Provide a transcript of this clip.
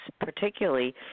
particularly